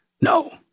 No